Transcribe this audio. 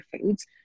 foods